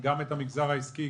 גם את המגזר העסקי,